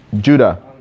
judah